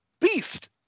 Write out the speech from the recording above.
beast